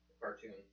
Cartoon